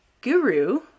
guru